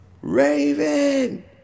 Raven